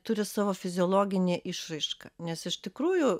turi savo fiziologinę išraišką nes iš tikrųjų